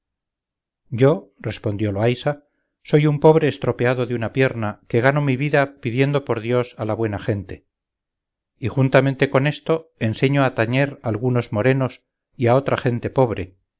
yo respondió loaysa soy un pobre estropeado de una pierna que gano mi vida pidiendo por dios a la buena gente y juntamente con esto enseño a tañer a algunos morenos y a otra gente pobre